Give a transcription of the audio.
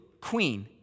queen